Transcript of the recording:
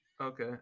Okay